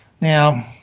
Now